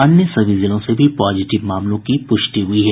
अन्य सभी जिलों से भी पॉजिटिव मामलों की पुष्टि हुई है